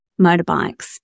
motorbikes